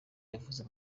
yavuze